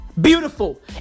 Beautiful